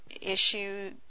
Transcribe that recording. issue